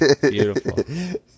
beautiful